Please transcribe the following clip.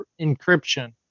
encryption